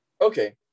Okay